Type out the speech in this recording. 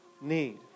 need